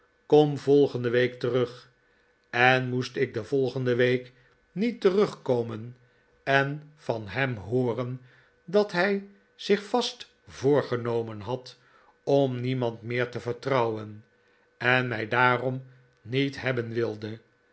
kom volgende week terug en moest ik de volgende week niet terugkomen en van hem hooren dat hij zich vast voorgenomen had om niemand meer te vertrouwen en mij daarom niet hetaben wilde